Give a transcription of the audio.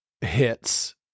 hits